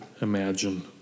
imagine